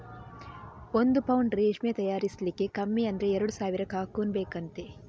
ಒಂದು ಪೌಂಡು ರೇಷ್ಮೆ ತಯಾರಿಸ್ಲಿಕ್ಕೆ ಕಮ್ಮಿ ಅಂದ್ರೆ ಎರಡು ಸಾವಿರ ಕಕೂನ್ ಬೇಕಂತೆ